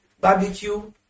barbecue